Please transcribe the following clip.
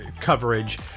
coverage